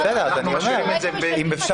אז מה את מציעה?